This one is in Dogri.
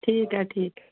ठीक ऐ ठीक